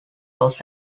los